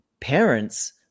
parents